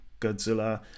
Godzilla